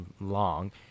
long